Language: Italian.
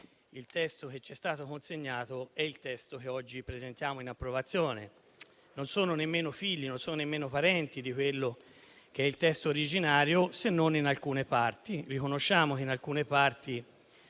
il testo che c'è stato consegnato e quello che oggi presentiamo in approvazione, che essi non sono nemmeno figli o parenti di quello che è il testo originario se non in alcune parti. Riconosciamo in alcune parti